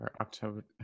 October